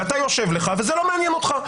ואתה יושב לך וזה לא מעניין אותך.